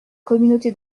communauté